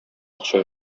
акча